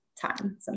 time